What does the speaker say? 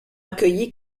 accueilli